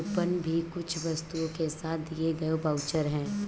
coupon भी कुछ वस्तुओं के साथ दिए गए वाउचर है